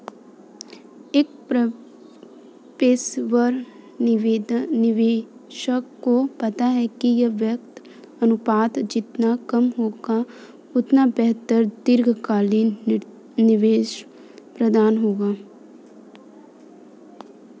एक पेशेवर निवेशक को पता है कि व्यय अनुपात जितना कम होगा, उतना बेहतर दीर्घकालिक निवेश प्रदर्शन होगा